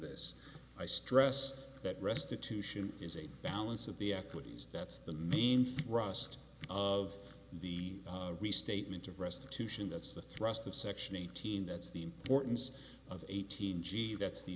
this i stress that restitution is a balance of the equities that's the main thrust of the restatement of restitution that's the thrust of section eighteen that's the importance of eighteen g that's the